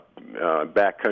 backcountry